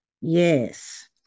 Yes